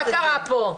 מה קרה פה?